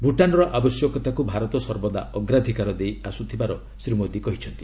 ଭୁଟାନ୍ର ଆବଶ୍ୟକତାକୁ ଭାରତ ସର୍ବଦା ଅଗ୍ରାଧିକାର ଦେଇ ଆସିଥିବାର ଶ୍ରୀ ମୋଦି କହିଛନ୍ତି